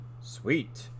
Sweet